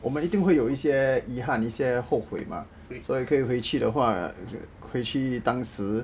我们一定会有一些遗憾一些后悔 mah 所以可以回去的话回去当时